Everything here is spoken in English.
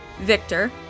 Victor